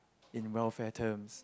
in welfare terms